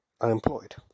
unemployed